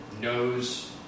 knows